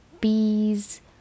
bees